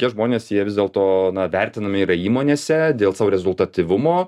tie žmonės jie vis dėlto vertinami yra įmonėse dėl savo rezultatyvumo